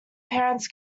parents